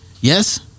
Yes